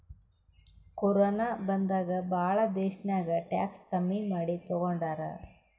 corona ಬಂದಾಗ್ ಭಾಳ ದೇಶ್ನಾಗ್ ಟ್ಯಾಕ್ಸ್ ಕಮ್ಮಿ ಮಾಡಿ ತಗೊಂಡಾರ್